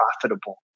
profitable